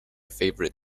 favorite